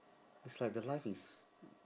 is like the life is